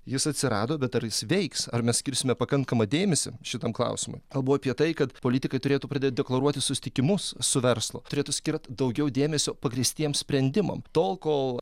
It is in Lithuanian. jis atsirado bet ar jis veiks ar mes skirsime pakankamą dėmesį šitam klausimui kalbu apie tai kad politikai turėtų pradėt deklaruoti susitikimus su verslu turėtų skirt daugiau dėmesio pagrįstiems sprendimam tol kol